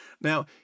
Now